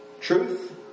Truth